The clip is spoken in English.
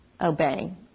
obeying